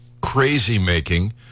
crazy-making